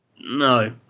No